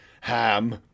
Ham